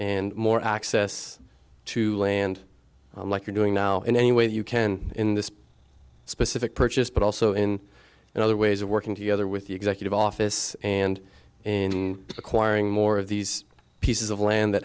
and more access to land like you're doing now in any way you can in this specific purchase but also in other ways of working together with the executive office and in acquiring more of these pieces of land that